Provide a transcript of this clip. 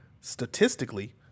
statistically